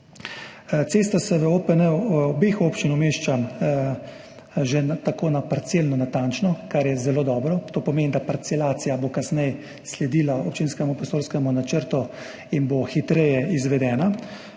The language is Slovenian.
Cesta se v OPN-je obeh občin umešča že parcelno natančno, kar je zelo dobro. To pomeni, da bo parcelacija kasneje sledila občinskemu prostorskemu načrtu in bo hitreje izvedena,